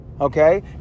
Okay